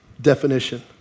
definition